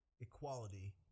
equality